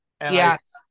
Yes